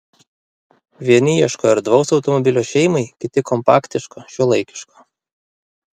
vieni ieško erdvaus automobilio šeimai kiti kompaktiško šiuolaikiško